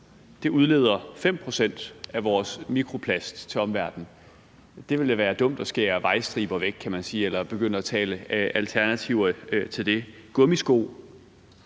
udleder 5 pct. af vores mikroplast til omverdenen. Det ville da være dumt at skære vejstriber væk, kan man sige, eller begynde at tale alternativer til det. Gummisko